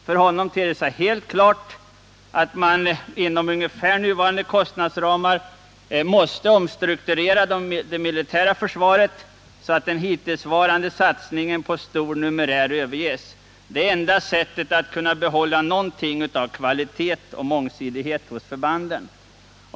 För honom ter det sig helt klart att man inom ungefär nuvarande kostnadsramar måste omstrukturera det militära försvaret, så att den hittillsvarande satsningen på stor numerär överges. Det är enda sättet att kunna behålla något av kvalitet och mångsidighet hos förbanden.